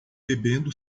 bebendo